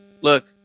Look